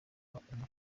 amakuru